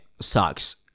sucks